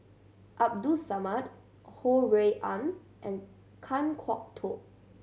Abdul Samad Ho Rui An and Kan Kwok Toh